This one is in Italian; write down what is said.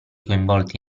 coinvolti